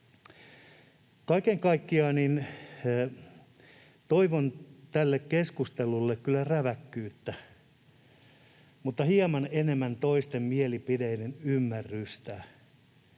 Kaiken kaikkiaan toivon tälle keskustelulle kyllä räväkkyyttä, mutta hieman enemmän toisten mielipiteiden ymmärrystä.